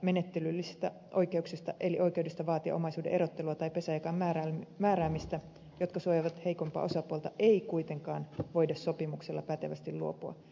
menettelyllisistä oikeuksista eli oikeudesta vaatia omaisuuden erottelua tai pesänjakajan määräämistä joka suojaa heikompaa osapuolta ei kuitenkaan voida sopimuksella pätevästi luopua